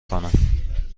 کنم